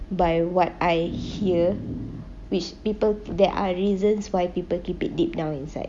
by what I hear which people that are reasons why people keep it deep down inside